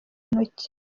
ntoki